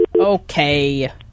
Okay